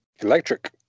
electric